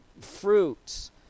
fruits